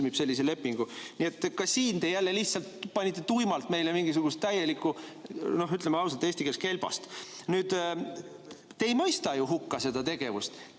sellise lepingu. Nii et ka siin te jälle lihtsalt panite tuimalt meile mingisugust täielikku, ütleme ausalt eesti keeles, kelbast. Te ei mõista hukka seda tegevust.